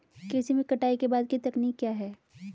कृषि में कटाई के बाद की तकनीक क्या है?